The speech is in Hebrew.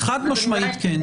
חד משמעית כן.